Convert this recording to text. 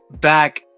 back